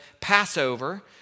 Passover